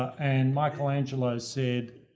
and michelangelo said.